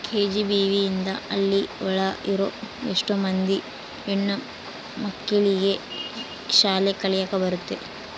KGBV ಇಂದ ಹಳ್ಳಿ ಒಳಗ ಇರೋ ಎಷ್ಟೋ ಮಂದಿ ಹೆಣ್ಣು ಮಕ್ಳಿಗೆ ಶಾಲೆ ಕಲಿಯಕ್ ಬರುತ್ತೆ